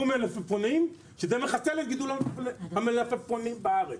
מלפפונים שזה מחסל את גידול המלפפונים בארץ,